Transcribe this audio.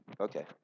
Okay